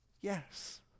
yes